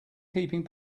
keeping